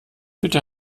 bitte